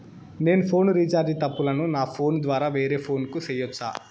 నేను phone recharge తప్పులను నా ఫోను ద్వారా వేరే ఫోను కు సేయొచ్చా?